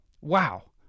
Wow